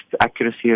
accuracy